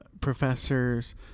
professors